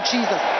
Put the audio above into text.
Jesus